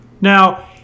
Now